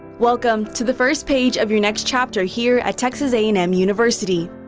welcome to the first page of your next chapter here at texas a and m university.